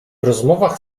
rozmowach